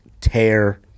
tear